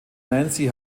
nancy